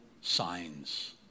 signs